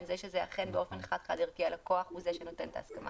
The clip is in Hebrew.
זה שאכן הלקוח הוא זה שנותן את ההסכמה?